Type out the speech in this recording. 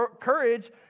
courage